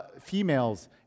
females